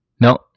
No